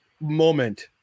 moment